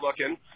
looking